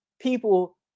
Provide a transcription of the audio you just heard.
people